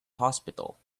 hospital